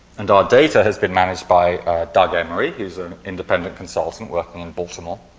and our data has been managed by doug emery who's an independent consultant working in baltimore.